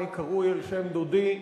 אני קרוי על שם דודי.